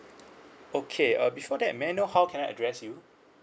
okay uh before that may I know how can I address you